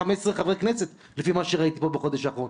חברי כנסת לפי מה שראיתי פה בחודש האחרון,